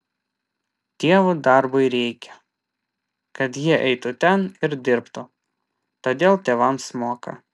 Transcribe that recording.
tėvų darbui reikia kad jie eitų ten ir dirbtų todėl tėvams moka